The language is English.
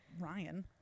Ryan